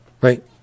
right